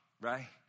right